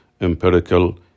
empirical